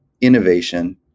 innovation